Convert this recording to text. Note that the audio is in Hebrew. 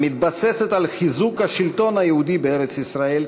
המתבססת על חיזוק השלטון היהודי בארץ-ישראל,